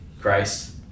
Christ